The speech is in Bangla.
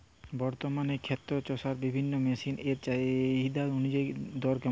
বর্তমানে ক্ষেত চষার বিভিন্ন মেশিন এর চাহিদা অনুযায়ী দর কেমন?